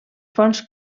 fonts